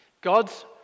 God's